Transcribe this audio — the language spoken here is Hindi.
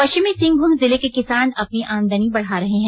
पश्चिम सिंहभूम जिले के किसान अपनी आमदनी बढ़ा रहे हैं